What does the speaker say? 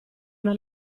una